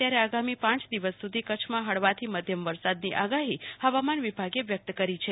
ત્યારે આગામી પાંચ દિવસ સુ ધી કચ્છમાં ફળવાથી મધ્યમ વરસાદની આગાહી હવામાન વિભાગે વ્યક્ત કરી છે